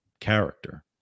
character